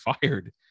fired